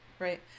Right